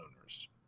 owners